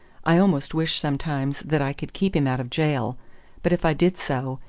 i almost wish sometimes that i could keep him out of gaol but if i did so,